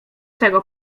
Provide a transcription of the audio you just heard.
tego